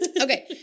Okay